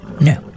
No